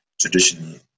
traditionally